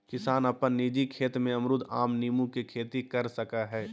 किसान अपन निजी खेत में अमरूद, आम, नींबू के खेती कर सकय हइ